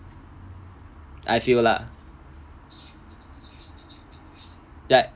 I feel lah like